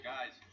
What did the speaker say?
Guys